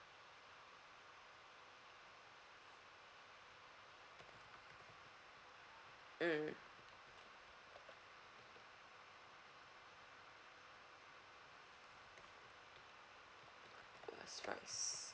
mm it was fries